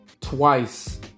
twice